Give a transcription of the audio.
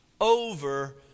over